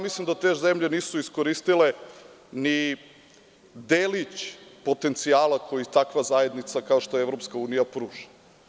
Mislim da te zemlje nisu iskoristile ni delić potencijala koje takva zajednica kao što je EU pruža.